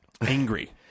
Angry